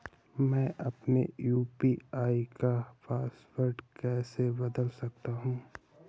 मैं अपने यू.पी.आई का पासवर्ड कैसे बदल सकता हूँ?